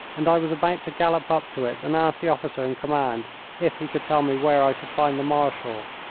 and i was about to gallop up to it and ask the officer in command if he could tell me where i should find the marshal,